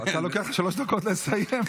אתה לוקח שלוש דקות לסיים.